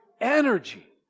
energy